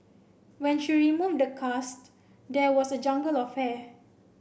when she removed the cast there was a jungle of hair